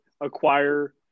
acquire